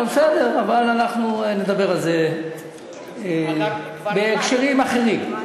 בסדר, אבל אנחנו נדבר על זה בהקשרים אחרים.